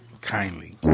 kindly